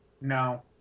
No